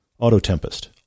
Autotempest